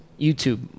YouTube